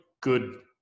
good